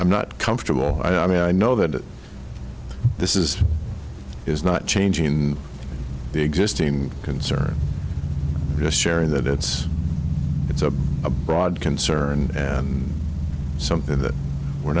i'm not comfortable i mean i know that this is is not changing in the existing concern just sharing that it's it's a broad concern and something that we're